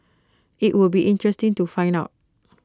IT would be interesting to find out